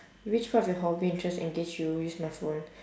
which part of your hobby interest engage you use my phone